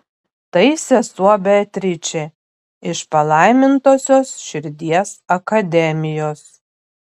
tai sesuo beatričė iš palaimintosios širdies akademijos